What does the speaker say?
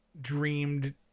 dreamed